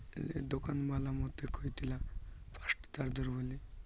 ସେ ଦୋକାନବାଲା ମୋତେ କହିଥିଲା ଫାଷ୍ଟ୍ ଚାର୍ଜର୍ ବୋଲି